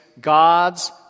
God's